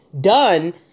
done